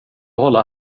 hålla